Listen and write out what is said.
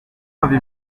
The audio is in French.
avez